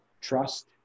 trust